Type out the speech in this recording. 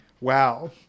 wow